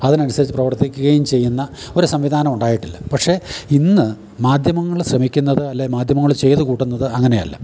അതിന് അനുസരിച്ച് പ്രവർത്തിക്കുകയും ചെയ്യുന്ന ഒരു സംവിധാനം ഉണ്ടായിട്ടില്ല പക്ഷേ ഇന്ന് മാധ്യമങ്ങൾ ശ്രമിക്കുന്നത് അല്ലേ മാധ്യമങ്ങൾ ചെയ്ത് കൂട്ടുന്നത് അങ്ങനെയല്ല